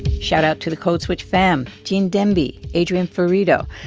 shoutout to the code switch fam gene demby, adrian florido,